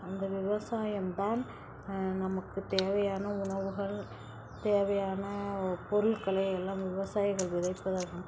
அந்த விவசாயம் தான் நமக்கு தேவையான உணவுகள் தேவையான பொருள்களை எல்லாம் விவசாயிகள் விதைப்பதால் தான்